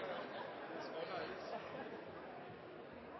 er det litt